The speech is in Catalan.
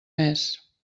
més